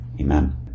amen